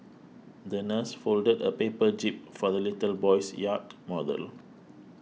the nurse folded a paper jib for the little boy's yacht model